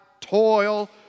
toil